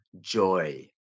joy